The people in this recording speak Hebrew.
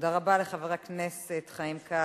תודה רבה לחבר הכנסת חיים כץ,